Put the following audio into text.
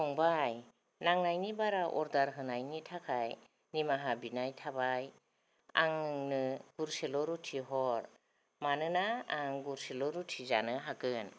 फंबाय नांनायनि बारा अर्डार होनायनि थाखाय निमाहा बिनाय थाबाय आं नोंनो गुरसेल' रुटि हर मानोना आं गुरसेल' रुटि जानो हागोन